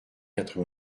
quatre